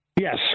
Yes